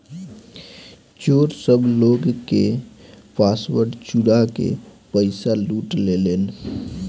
चोर सब लोग के पासवर्ड चुरा के पईसा लूट लेलेन